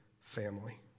family